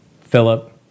Philip